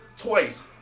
Twice